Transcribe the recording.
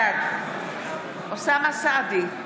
בעד אוסאמה סעדי,